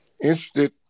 interested